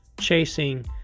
chasing